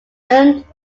early